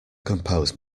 compose